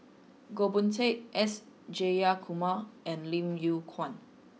Goh Boon Teck S Jayakumar and Lim Yew Kuan